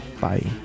bye